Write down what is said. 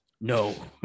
no